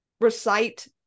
recite